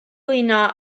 blino